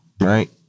right